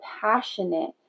passionate